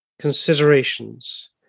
considerations